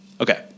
Okay